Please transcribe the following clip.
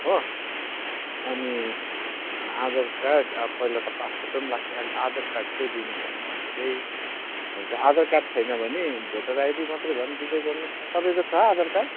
हो अनि आधार कार्ड पहिला त पासफोटो पनि लाग्थ्यो अहिले त आधार कार्ड चाहिँ दिनु भयो चाहिँ हुन्छ आधार कार्ड छैन भनो भोटर आइडी मात्रै भए पनि दिँदै गर्नुहोस् न तपाईँको छ आधार कार्ड